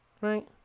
Right